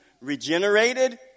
regenerated